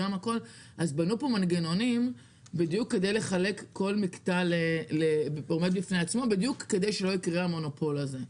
בנו פה מנגנונים כדי לחלק את זה וכדי שלא ייקרה המונופול הזה.